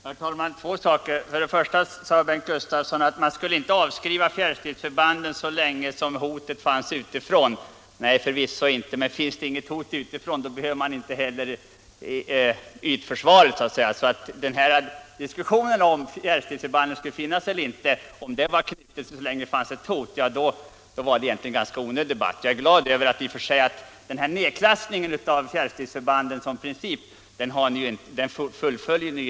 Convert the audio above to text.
Herr talman! Jag vill ta upp två saker. Först och främst sade Bengt Gustavsson att man inte skulle avskriva de s.k. fjärrstridsförbanden så länge hotet utifrån fanns kvar. Förvisso inte. Men finns det inget hot utifrån behöver man inte heller ytförsvaret. Så om diskussionen om fjärrstridsförbanden skulle finnas eller inte var knuten till hotet utifrån var det egentligen en ganska onödig debatt. Jag är glad över att ni nu inte fullföljer nedklassningen av fjärrstridsförbanden som princip.